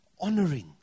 honoring